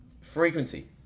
frequency